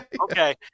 Okay